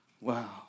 Wow